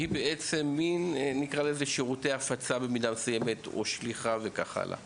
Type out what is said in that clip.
אז היא בעצם באיזה אופן מספקת שירותי הפצה או שליחה וכך הלאה.